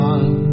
One